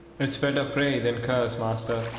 it's better pray than curse, master.